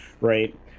right